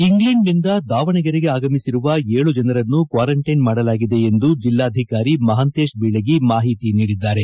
ಇಂಗ್ಲೆಂಡ್ನಿಂದ ದಾವಣಗೆರೆಗೆ ಆಗಮಿಸಿರುವ ಏಳು ಜನರನ್ನು ಕ್ವಾರಂಟೈನ್ ಮಾಡಲಾಗಿದೆ ಎಂದು ಜಿಲ್ಲಾಧಿಕಾರಿ ಮಹಾಯೇಶ್ ಬೀಳಗಿ ಮಾಹಿತಿ ನೀಡಿದ್ದಾರೆ